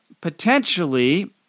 Potentially